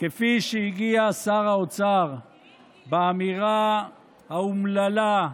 כפי שהגיע שר האוצר באמירה האומללה,